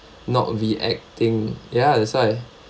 not reacting ya that's why